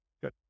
good